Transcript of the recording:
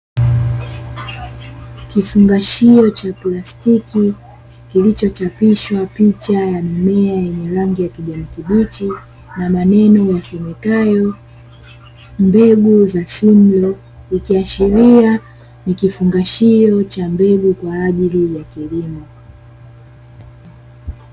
Kifungashio cha plastiki kilichochapishwa picha ya mimea yenye rangi ya kijani kibichi na maneno yasomekayo mbegu za simlo, ikiashiria ni kifungashio cha mbegu kwa ajili ya kilimo.